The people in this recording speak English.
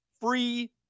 free